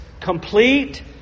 complete